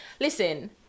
listen